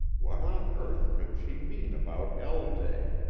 what on earth could she mean about l day,